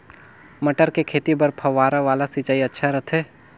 मटर के खेती बर फव्वारा वाला सिंचाई अच्छा रथे?